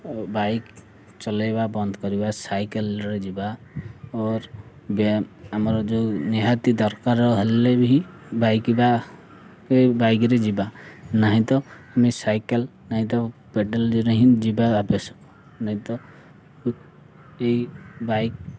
bike ଚଲେଇବା ବନ୍ଦ କରିବା ସାଇକେଲରେ ଯିବା ଓର୍ ଆମର ଯେଉଁ ନିହାତି ଦରକାର ହେଲେ ବିିଁ ବାଇକ୍ ବା ବାଇକ୍ରେ ଯିବା ନାହିଁ ତ ଆମେ ସାଇକେଲ ନାଇଁ ତ ପେଡ଼େଲରେ ହିଁ ଯିବା ଆବଶକ ନାଇଁ ତ ଏଇ ବାଇକ୍